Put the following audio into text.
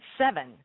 Seven